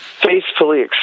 Faithfully